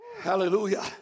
Hallelujah